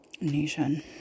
Nation